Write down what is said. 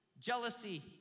Jealousy